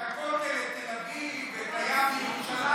לא מבקש שהים יעבור לירושלים.